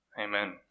Amen